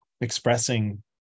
expressing